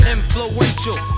Influential